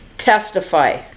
testify